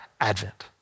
advent